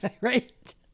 Right